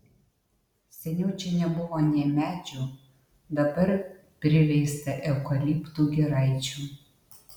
seniau čia nebuvo nė medžių dabar priveista eukaliptų giraičių